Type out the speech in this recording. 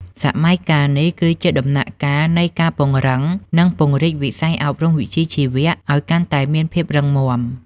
សម័យកាលនេះគឺជាដំណាក់កាលនៃការពង្រឹង និងពង្រីកវិស័យអប់រំវិជ្ជាជីវៈឱ្យកាន់តែមានភាពរឹងមាំ។